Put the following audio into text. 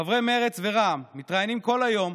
חברי מרצ ורע"ם מתראיינים כל היום,